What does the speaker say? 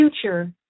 future